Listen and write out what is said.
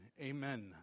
Amen